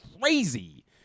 crazy